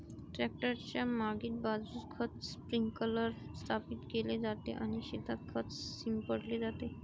tractor च्या मागील बाजूस खत स्प्रिंकलर स्थापित केले जाते आणि शेतात खत शिंपडले जाते